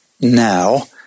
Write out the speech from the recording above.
now